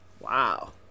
Wow